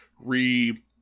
re